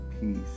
peace